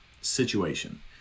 situation